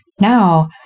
now